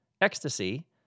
Ecstasy